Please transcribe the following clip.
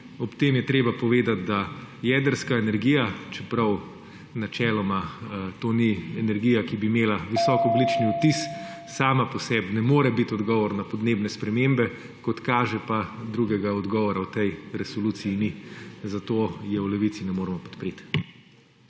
Ob tem je treba povedati, da jedrska energija, čeprav načeloma to ni energija, ki bi imela visok ogljični odtis, sama po sebi ne more biti odgovor na podnebne spremembe, kot kaže, pa drugega odgovora v tej resoluciji ni. Zato je v Levici ne moremo podpreti.